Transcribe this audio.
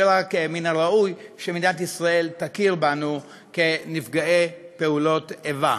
ורק מן הראוי שמדינת ישראל תכיר בנו כנפגעי פעולות איבה.